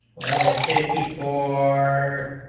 was a fifty four